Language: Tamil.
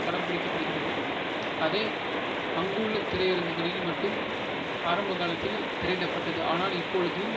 படம் பிடிக்கப்படுகிறது அதை அங்குள்ள திரையரங்குகளில் மட்டும் ஆரம்பகாலத்தில் திரையிடப்பட்டது ஆனால் இப்பொழுது